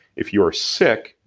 if you are sick,